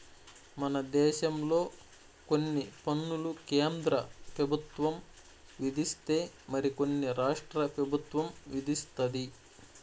మన దేశంలో కొన్ని పన్నులు కేంద్ర పెబుత్వం విధిస్తే మరి కొన్ని రాష్ట్ర పెబుత్వం విదిస్తది